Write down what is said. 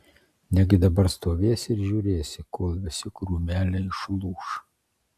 negi dabar stovėsi ir žiūrėsi kol visi krūmeliai išlūš